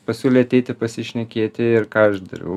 pasiūlei ateiti pasišnekėti ir ką aš dariau